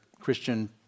Christian